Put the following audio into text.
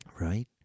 Right